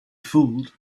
fooled